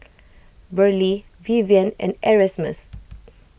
Verlie Vivien and Erasmus